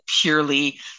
purely